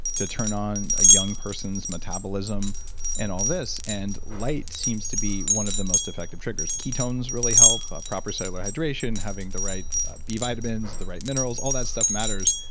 to turn on a young person's metabolism and all this. and light seems to be one of the most effective triggers ketones really help proper cellular hydration, having the right b vitamins, the right minerals, all that stuff matters.